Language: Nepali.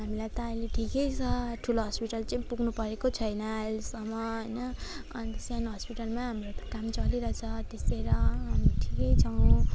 हामीलाई त आहिले ठिकै छ ठुलो हस्पिटल चाहिँ पुग्नु परेको छैन आहिलेसम्म होइन अन्त सानो हस्पिटलमा हाम्रो त काम चलिरहेछ त्यसै र